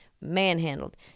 manhandled